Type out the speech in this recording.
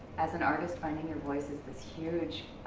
as an artist, finding your voice is this huge